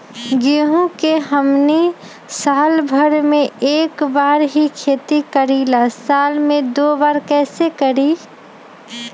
गेंहू के हमनी साल भर मे एक बार ही खेती करीला साल में दो बार कैसे करी?